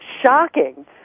shocking